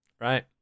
Right